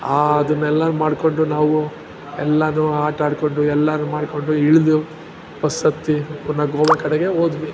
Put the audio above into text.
ಆ ಅದನ್ನೆಲ್ಲ ಮಾಡಿಕೊಂಡು ನಾವು ಎಲ್ಲಾ ಆಟಾಡಿಕೊಂಡು ಎಲ್ಲಾ ಮಾಡಿಕೊಂಡು ಇಳಿದು ಬಸ್ ಹತ್ತಿ ಪುನಃ ಗೋವಾ ಕಡೆಗೆ ಹೋದ್ವಿ